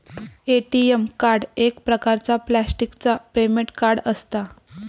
ATM card एक प्रकारचा प्लॅस्टिकचा पेमेंट कार्ड असता